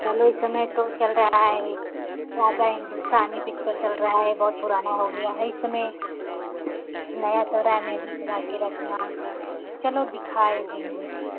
चलो इस समय तो चल रहा है राजा हिंदुस्तानी पिच्चर चल रहा है बहुत पुराना हो गया है इस समय नया पुराने महंदी लगा के रखना चलो दिखा देंगे